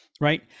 right